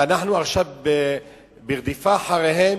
ואנחנו עכשיו ברדיפה אחריהם.